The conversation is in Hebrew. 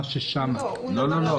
לא, לא.